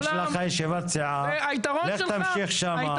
יש לך ישיבת סיעה, לך תמשיך שם.